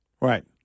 Right